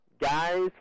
guys